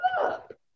up